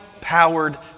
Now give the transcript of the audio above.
Powered